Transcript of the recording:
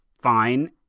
fine